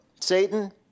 Satan